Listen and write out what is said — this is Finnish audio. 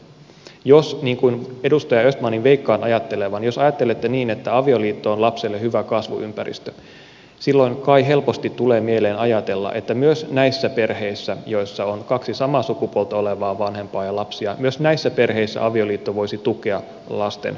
jos ajattelette niin niin kuin edustaja östmanin veikkaan ajattelevan että avioliitto on lapselle hyvä kasvuympäristö silloin kai helposti tulee mieleen ajatella että myös niissä perheissä joissa on kaksi samaa sukupuolta olevaa vanhempaa ja lapsia avioliitto voisi tukea lasten kasvua